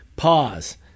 Pause